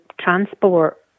transport